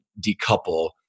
decouple